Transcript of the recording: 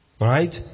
Right